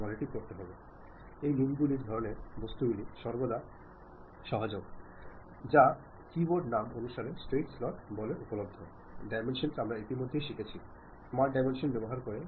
ഇപ്പോൾ മാർഗ്ഗങ്ങൾ അനവധിയാണ് എണ്ണമറ്റതും വിവിധ അവസരങ്ങളെയും ആവശ്യങ്ങളെയും ആശ്രയിച്ച് ആ സന്ദേശം കൈമാറുന്നതിന് ഏറ്റവും പ്രസക്തമായ ഒരു മാർഗ്ഗം നിങ്ങൾ തിരഞ്ഞെടുക്കും